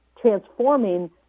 transforming